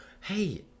hey